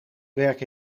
werk